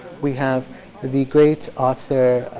we have the great author,